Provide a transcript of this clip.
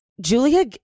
Julia